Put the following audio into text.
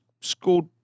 scored